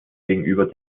gegenüber